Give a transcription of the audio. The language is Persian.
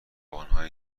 آنهایی